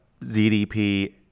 ZDP